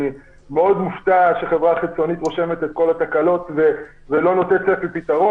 אני מאוד מופתע שחברה חיצונית רושמת את כל התקלות ולא נותנת את הפתרון.